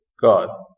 God